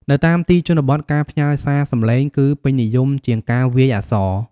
នៅតាមទីជនបទការផ្ញើសារសំឡេង គឺពេញនិយមជាងការវាយអក្សរ។